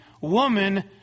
woman